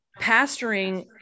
pastoring